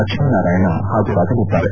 Lakshmi Narayana ಹಾಜರಾಗಲಿದ್ದಾರೆ